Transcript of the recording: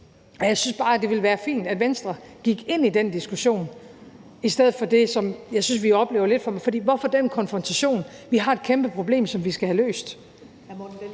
Jeg synes bare, det ville være fint, at Venstre gik ind i den diskussion i stedet for det, som jeg synes at vi oplever lidt, for hvorfor den konfrontation? Vi har et kæmpe problem, som vi skal have løst.